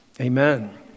Amen